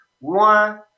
one